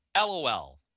LOL